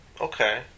Okay